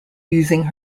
using